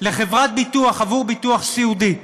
לחברת ביטוח עבור ביטוח סיעודי,